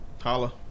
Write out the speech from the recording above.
Holla